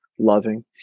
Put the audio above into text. Loving